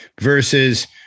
Versus